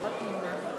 51 מתנגדים ואחד נמנע.